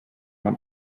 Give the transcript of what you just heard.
man